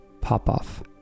Popoff